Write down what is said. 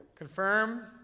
Confirm